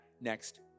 next